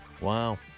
Wow